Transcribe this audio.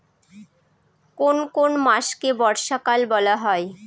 কোন কোন মাসকে বর্ষাকাল বলা হয়?